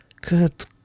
Good